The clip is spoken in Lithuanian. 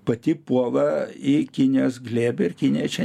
pati puola į kinijos glėbį ir kinija čia